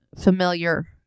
familiar